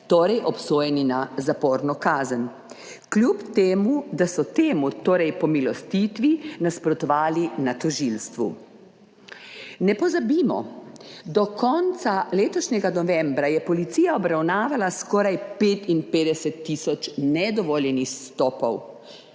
torej obsojeni na zaporno kazen, kljub temu, da so temu, torej pomilostitvi, nasprotovali na tožilstvu. Ne pozabimo, do konca letošnjega novembra je policija obravnavala skoraj 55 tisoč nedovoljenih vstopov,